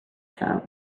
some